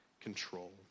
control